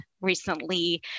Recently